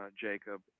Jacob